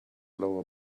lower